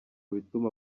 bituma